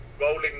rolling